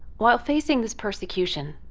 while facing this persecution,